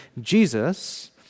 Jesus